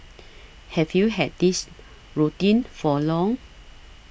have you had this routine for long